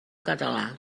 català